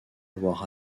avoir